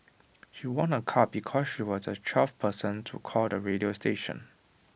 she won A car because she was A twelfth person to call the radio station